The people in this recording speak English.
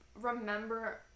remember